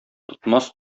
тотмас